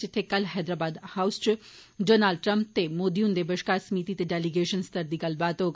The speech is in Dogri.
जित्थे कल्ल हैदराबाद च बी डोनाल्ड ट्रंप ते मोदी हुंदे बश्कार सीमित ते डैलीगेशन स्तरै दी गल्लबात होग